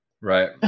Right